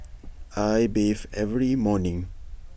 I bathe every morning